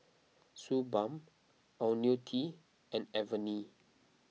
Suu Balm Ionil T and Avene